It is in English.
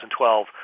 2012